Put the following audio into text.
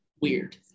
weird